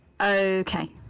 Okay